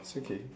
it's okay